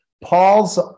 Paul's